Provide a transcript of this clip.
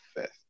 fifth